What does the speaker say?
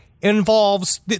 involves